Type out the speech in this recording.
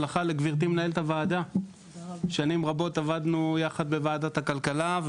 שנים רבות עבדנו יחד בוועדת הכלכלה,